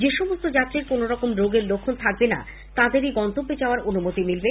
যেসমস্ত যাত্রীর কোনরকম রোগের লক্ষণ থাকবে না তাদেরই গন্তব্যে যাওয়ার অনুমতি মিলবে